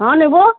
হ্যাঁ নেবো